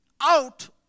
Out